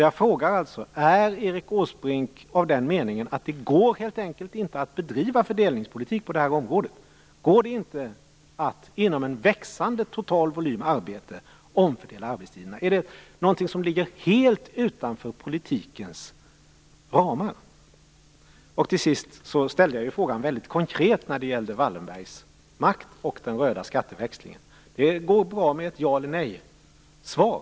Jag frågar alltså: Är Erik Åsbrink av den meningen att det helt enkelt inte går att bedriva fördelningspolitik på det här området? Går det inte att inom en växande total volym arbete omfördela arbetstiderna? Är det något som ligger helt utanför politikens ramar? Till sist ställde jag ju en väldigt konkret fråga när det gäller Wallenbergs makt och den röda skatteväxlingen. Det går bra med ett ja eller nejsvar.